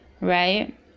right